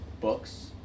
books